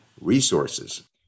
resources